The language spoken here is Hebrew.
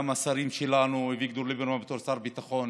גם השרים שלנו, אביגדור ליברמן בתור שר ביטחון